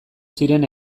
ziren